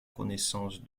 connaissance